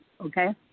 Okay